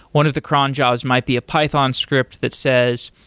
one of the cron jobs might be a python script that says,